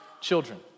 children